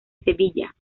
sevilla